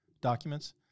documents